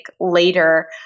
later